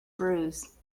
bruise